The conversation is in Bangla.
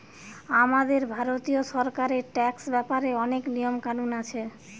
আমাদের ভারতীয় সরকারের ট্যাক্স ব্যাপারে অনেক নিয়ম কানুন আছে